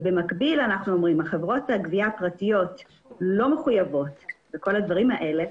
במקביל אנחנו אומרים שהחברות הפרטיות לא מחויבות לכל הדברים הללו,